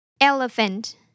Elephant